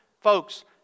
Folks